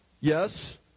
yes